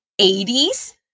80s